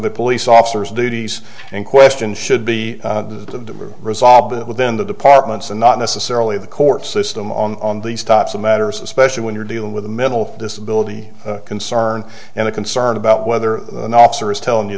the police officers duties and question should be of them are resolved within the departments and not necessarily the court system on these types of matters especially when you're dealing with a mental disability concern and the concern about whether the officer is telling you